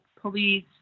police